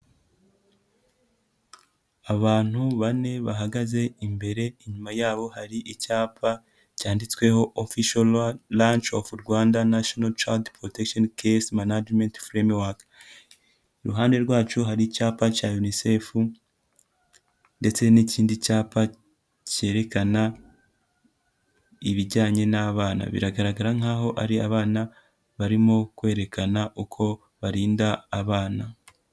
Abantu bane bahagaze imbere inyuma yabo hari icyapa cyanditsweho official launch of Rwanda national child protection kes management framework. Iruhande rwacu hari icyapa cya UNICEF ndetse n'ikindi cyapa cyerekana ibijyanye n'abana biragaragara nk"aho ari abana, barimo kwerekana uko barinda abana.